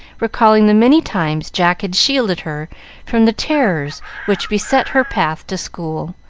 recalling the many times jack had shielded her from the terrors which beset her path to school,